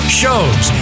shows